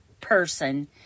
person